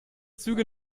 züge